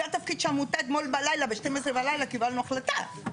זה התפקיד שהעמותה אתמול בלילה ב- 00:00 קיבלנו החלטה,